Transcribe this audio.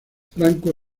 franco